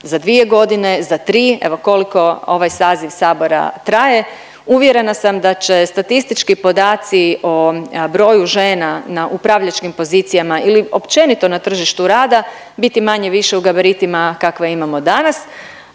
za dvije godine, za tri, evo, koliko ovaj saziv Sabora traje, uvjerena sam da će statistički podaci o broju žena na upravljačkim pozicijama ili općenito na tržištu rada biti manje-više u gabaritima kakve imamo danas,